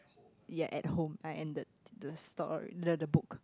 ya at home I ended the story the the book